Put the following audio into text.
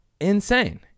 insane